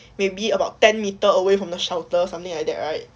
maybe about ten metres away from the shelter or something like that right